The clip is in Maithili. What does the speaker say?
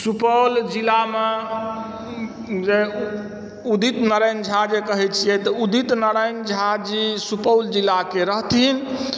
सुपौल जिलामे जे उदित नारायण झा जे कहै छियै उदित नारायण झा जी सुपौल जिलाके रहथिन